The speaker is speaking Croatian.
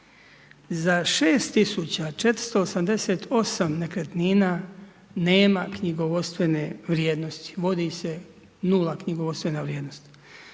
Za 6488 nekretnina nema knjigovodstvene vrijednosti, vodi se 0 knjigovodstvena vrijednost.